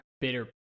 bitter